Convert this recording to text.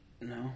No